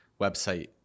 website